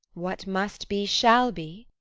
what must be shall be.